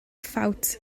ffawt